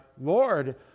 Lord